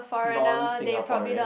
non Singaporean